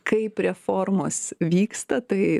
kaip reformos vyksta tai